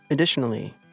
Additionally